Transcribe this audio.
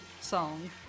song